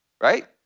Right